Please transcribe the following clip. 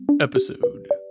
episode